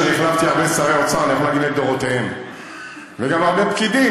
שאני החלפתי הרבה שרי אוצר לדורותיהם וגם הרבה פקידים,